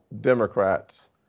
Democrats